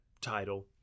title